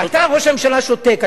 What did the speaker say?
ואתה, ראש הממשלה, שותק.